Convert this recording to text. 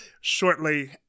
shortly